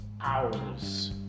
hours